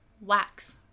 wax